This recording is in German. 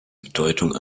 bedeutung